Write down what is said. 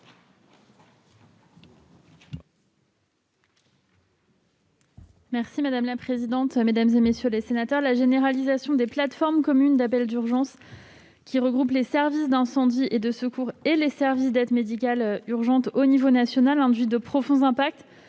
: La parole est à Mme la ministre déléguée. La généralisation des plateformes communes d'appel d'urgence, qui regroupent les services d'incendie et de secours et les services d'aide médicale urgente au niveau national, induit de profonds impacts